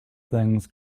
things